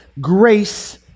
grace